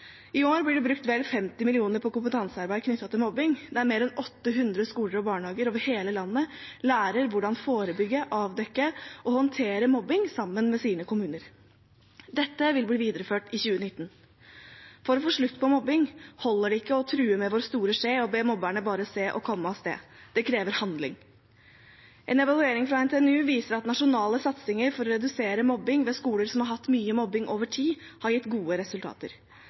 I år blir det brukt vel 50 mill. kr på kompetansearbeid knyttet til mobbing. Mer enn 800 skoler og barnehager over hele landet lærer hvordan de kan forebygge, avdekke og håndtere mobbing sammen med sine kommuner. Dette vil bli videreført i 2019. For å få slutt på mobbing holder det ikke å true med vår store skje og be mobberne bare se å komme av sted. Det krever handling. En evaluering fra NTNU viser at nasjonale satsinger for å redusere mobbing ved skoler som har hatt mye mobbing over tid, har gitt gode resultater.